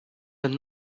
had